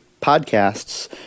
podcasts